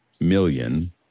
million